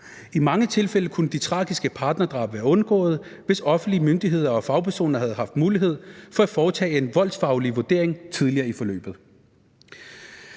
I mange tilfælde kunne de tragiske partnerdrab være undgået, hvis offentlige myndigheder og fagpersoner havde haft mulighed for at foretage en voldsfaglig vurdering tidligere i forløbet.